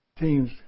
teams